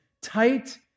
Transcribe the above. tight